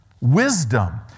wisdom